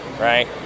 right